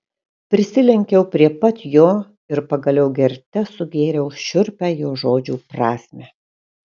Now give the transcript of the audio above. prisilenkiau prie pat jo ir pagaliau gerte sugėriau šiurpią jo žodžių prasmę